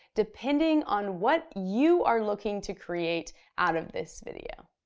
depending on what you are looking to create out of this video.